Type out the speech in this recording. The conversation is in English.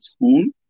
home